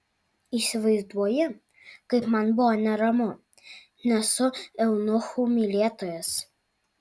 įsivaizduoji kaip man buvo neramu nesu eunuchų mylėtojas